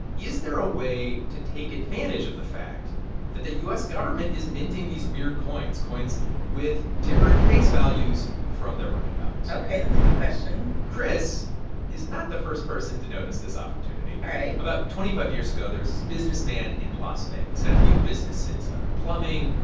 is there a way to take advantage of the fact that the u s. government is minting these weird coins coins with different face values from their market values? ok, that's a good question chris is not the first person to notice this opportunity all right about twenty five years ago, there was this businessman in las vegas, had a few businesses ah plumbing,